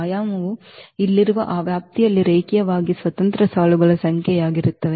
ಆಯಾಮವು ಇಲ್ಲಿರುವ ಆ ವ್ಯಾಪ್ತಿಯಲ್ಲಿ ರೇಖೀಯವಾಗಿ ಸ್ವತಂತ್ರ ಸಾಲುಗಳ ಸಂಖ್ಯೆಯಾಗಿರುತ್ತದೆ